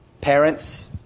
parents